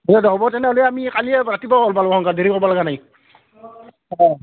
দে দে হ'ব তেনেহ'লে আমি কালিয়ে ৰাতিপুৱা ওলব লাগিব সোনকালে দেৰি কৰিব লগা নাই অঁ